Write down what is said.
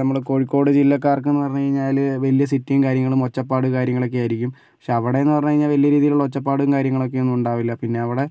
നമ്മൾ കോഴിക്കോട് ജില്ലക്കാർക്ക് എന്നു പറഞ്ഞു കഴിഞ്ഞാൽ വലിയ സിറ്റി കാര്യങ്ങളും ഒച്ചപ്പാട് കാര്യങ്ങളൊക്കെ ആയിരിക്കും പക്ഷെ അവിടെ നിന്ന് പറഞ്ഞു കഴിഞ്ഞാൽ വലിയ രീതിയിലുള്ള ഒച്ചപ്പാടും കാര്യങ്ങളൊക്കെ ഒന്നും ഉണ്ടാകില്ല പിന്നെ അവിടെ